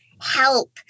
help